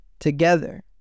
Together